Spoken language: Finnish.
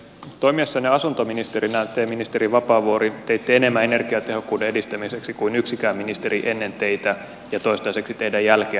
toimiessanne asuntoministerinä te ministeri vapaavuori teitte enemmän energiatehokkuuden edistämiseksi kuin yksikään ministeri ennen teitä ja toistaiseksi teidän jälkeen